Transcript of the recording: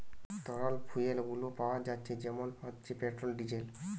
তরল ফুয়েল গুলো পাওয়া যাচ্ছে যেমন হচ্ছে পেট্রোল, ডিজেল